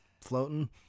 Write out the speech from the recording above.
floating